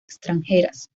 extranjeras